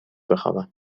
بخوابم